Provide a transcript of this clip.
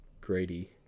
Grady